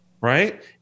Right